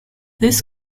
this